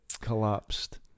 collapsed